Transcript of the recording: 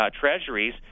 treasuries